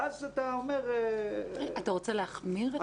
ואז אתה אומר --- אתה רוצה להחמיר את התקנות?